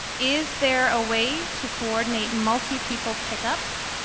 is there a way to coordinate multi-people pickups?